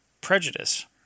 prejudice